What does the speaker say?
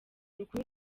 rukuru